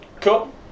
Cool